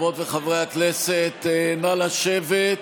חברות וחברי הכנסת, נא לשבת.